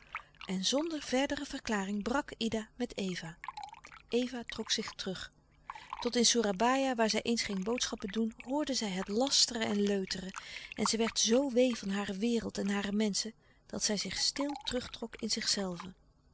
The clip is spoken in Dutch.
en zonder verdere verklaring brak ida met eva eva trok zich terug tot in soerabaia waar zij eens louis couperus de stille kracht ging boodschappen doen hoorde zij het lasteren en leuteren en zij werd zoo wee van hare wereld en hare menschen dat zij zich stil terug trok in zichzelve